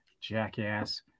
Jackass